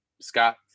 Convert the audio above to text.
Scott